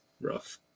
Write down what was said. rough